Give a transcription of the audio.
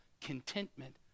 contentment